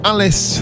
Alice